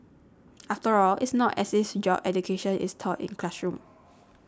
after all it's not as if job education is taught in classrooms